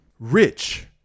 Rich